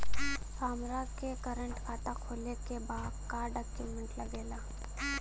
हमारा के करेंट खाता खोले के बा का डॉक्यूमेंट लागेला?